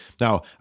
Now